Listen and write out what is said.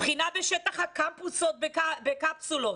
בחינה בשטח הקמפוס או בקפסולות,